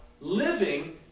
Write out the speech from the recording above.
living